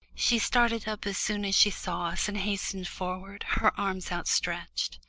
she started up as soon as she saw us and hastened forward, her arms outstretched.